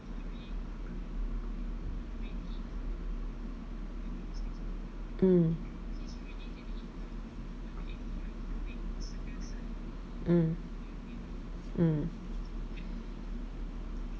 mm mm mm